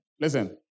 Listen